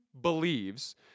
believes